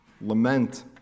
Lament